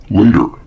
later